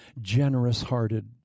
generous-hearted